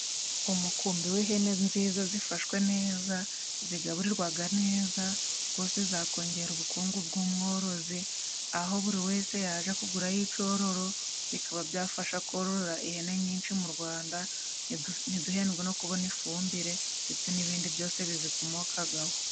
Umukumbi w'ihene nziza zifashwe neza zigaburirwaga neza rwose, zakongera ubukungu bw'umworozi aho buri wese yaja kugurayo icororo bikaba byafasha korora ihene nyinshi mu Rwanda, ntiduhendwe no kubona ifumbire ndetse n'ibindi byose bizikomokagaho.